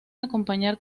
acompañar